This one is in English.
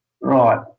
right